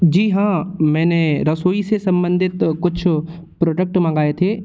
जी हाँ मैंने रसोई से सम्बंधित कुछ प्रोडक्ट मंगाए थे